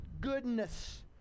goodness